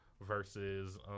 versus